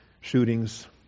shootings